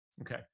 Okay